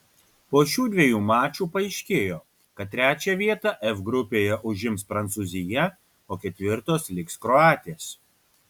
po šių dviejų mačų paaiškėjo kad trečią vietą f grupėje užims prancūzija o ketvirtos liks kroatės